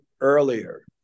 earlier